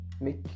make